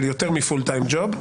של יותר מפול טיים ג'וב,